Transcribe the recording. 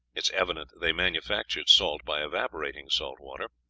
is evident they manufactured salt by evaporating salt water.